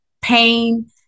pain